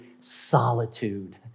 solitude